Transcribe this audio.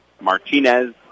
Martinez